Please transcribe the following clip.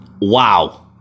Wow